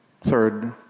Third